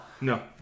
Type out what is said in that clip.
No